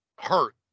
hurt